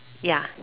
ya